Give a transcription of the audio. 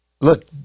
look